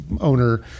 owner